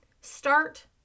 Start